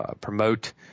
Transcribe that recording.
promote